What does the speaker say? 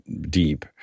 deep